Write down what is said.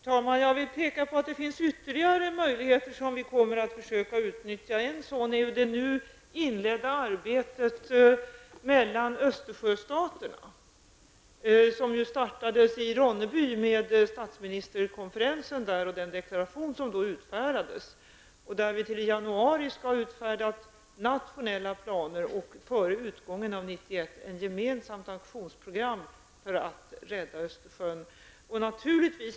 Herr talman! Jag vill påpeka att det finns ytterligare möjligheter som vi kommer att försöka utnyttja. En sådan är det inledda arbetet mellan Östersjöstaterna, som ju startades i Ronneby med statsministerkonferens och där en deklaration utfärdades. Vi skall till januari ha upprättat nationella planer och före utgången av 1991 ett gemensamt aktionsprogram för att rädda Östersjön.